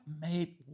made